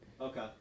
Okay